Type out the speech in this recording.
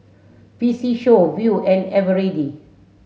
P C Show Viu and Eveready